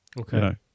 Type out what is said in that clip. Okay